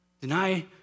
deny